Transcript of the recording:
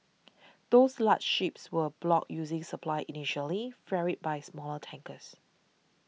those large ships were broad using supply initially ferried by smaller tankers